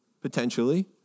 potentially